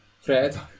Fred